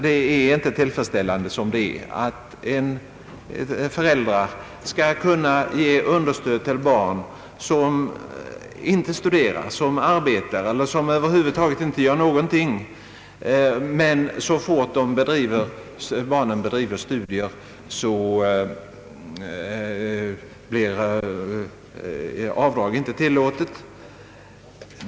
Det är inte tillfredsställande som det nu är, att föräldrar skall kunna göra avdrag för understöd till barn som inte studerar, som arbetar eller som över huvud taget inte gör någonting, men att avdrag inte skall vara tillåtet så snart barnen bedriver studier.